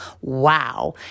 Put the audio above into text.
wow